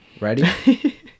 ready